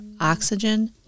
oxygen